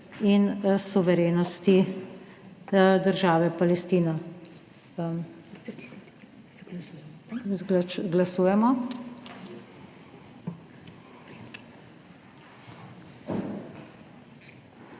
in suverenosti države Palestina. Glasujemo.